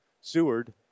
Seward